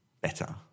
better